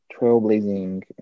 trailblazing